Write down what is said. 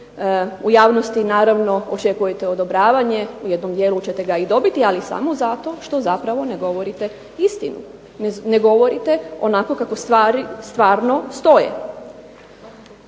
u javnosti naravno očekujete odobravanje, u jednom dijelu ćete ga dobiti, samo zato jer zapravo ne govorite istinu, ne govorite onako kako stvari stvarno